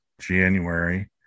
January